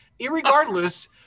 Irregardless